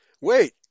Wait